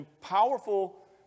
powerful